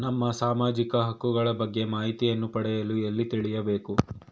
ನಮ್ಮ ಸಾಮಾಜಿಕ ಹಕ್ಕುಗಳ ಬಗ್ಗೆ ಮಾಹಿತಿಯನ್ನು ಪಡೆಯಲು ಎಲ್ಲಿ ತಿಳಿಯಬೇಕು?